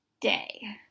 day